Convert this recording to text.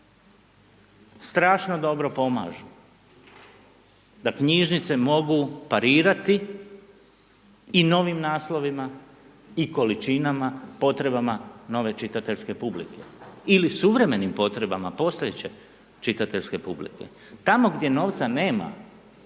strašno dobro pomažu, da knjižnice mogu parirati i novim naslovima i količinama i potrebama nove čitateljske publike ili suvremenim potrebama postojeće čitateljske publike. Tamo gdje novca nema,